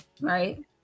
right